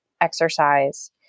exercise